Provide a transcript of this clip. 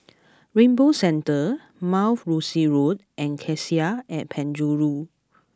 Rainbow Centre Mount Rosie Road and Cassia at Penjuru